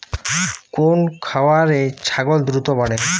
কোন খাওয়ারে ছাগল দ্রুত বাড়ে?